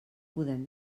podem